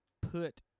put